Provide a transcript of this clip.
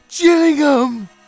Gillingham